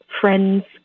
friends